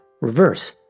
reverse